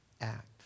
act